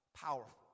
powerful